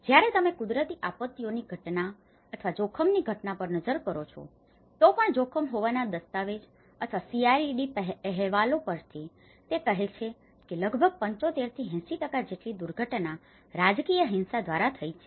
જ્યારે તમે કુદરતી આપત્તિઓની ઘટના અથવા જોખમની ઘટના પર નજર કરો છો તો પણ જોખમ હોવાના દસ્તાવેજ અથવા સીઆરઈડી અહેવાલો પરથી તે કહે છે કે લગભગ 75 થી 80 જેટલી દુર્ઘટના રાજકીય હિંસા દ્વારા થઈ છે